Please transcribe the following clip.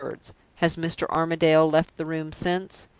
has mr. armadale left the room since?